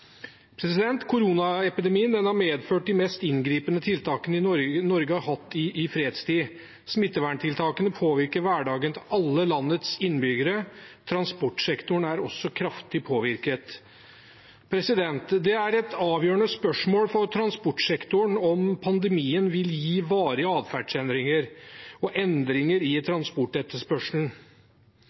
Koronaepidemien har medført de mest inngripende tiltakene Norge har hatt i fredstid. Smitteverntiltakene påvirker hverdagen til alle landets innbyggere. Transportsektoren er også kraftig påvirket. Det er et avgjørende spørsmål for transportsektoren om pandemien vil gi varige atferdsendringer og endringer i